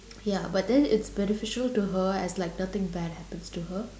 ya but then it's beneficial to her as like nothing bad happens to her